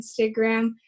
Instagram